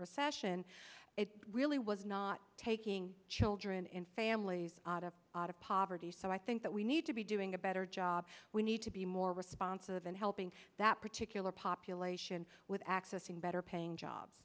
recession it really was not taking children in families out of out of poverty so i think that we need to be doing a better job we need to be more responsive and helping that particular population with accessing better paying jobs